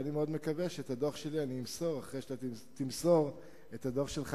ואני מאוד מקווה שאת הדוח שלי אני אמסור אחרי שאתה תמסור את הדוח שלך,